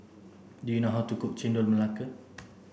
do you know how to cook Chendol Melaka